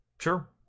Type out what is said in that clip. Sure